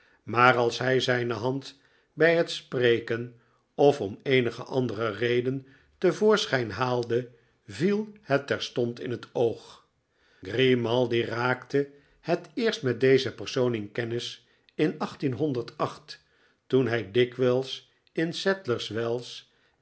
maar als hij zijne hand bij het spreken of om eenige andere reden te voorschijn haalde viel het terstond in het oog grimaldi raakte het eerst met dezen persoon in kennis in toen hij dikwijls in sadlerswells